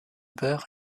père